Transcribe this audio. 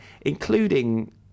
including